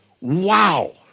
Wow